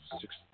Six